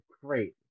great